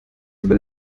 über